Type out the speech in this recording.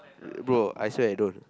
bro I swear don't